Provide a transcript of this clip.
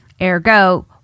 Ergo